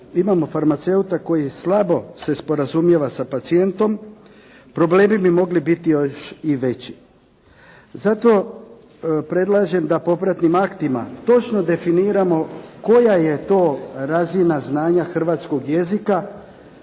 imamo farmaceuta koji slabo se sporazumijeva sa pacijentom, problemi bi mogli biti još i veći. Zato predlažem da popratnim aktima točno definiramo koja je to razina znanja hrvatskog jezika